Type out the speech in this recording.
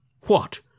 What